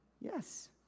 Yes